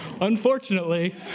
Unfortunately